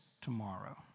tomorrow